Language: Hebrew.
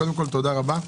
קודם כול, תודה רבה.